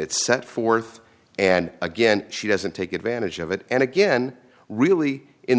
it's set forth and again she doesn't take advantage of it and again really in